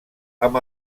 amb